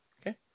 Okay